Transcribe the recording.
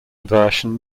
version